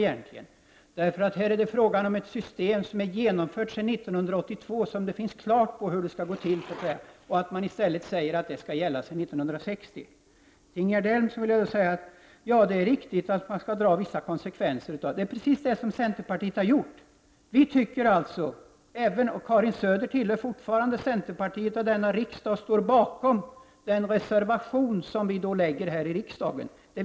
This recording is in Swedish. Här finns ett system som är genomfört sedan 1982, och då säger vi att det i stället skall gälla från 1960. Till Ingegerd Elm vill jag säga att det är riktigt att man skall dra vissa konsekvenser. Det är precis det som centerpartiet har gjort. Karin Söder tillhör fortfarande centerpartiet och riksdagen och står bakom det förslag som finns i reservation 15.